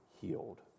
healed